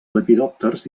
lepidòpters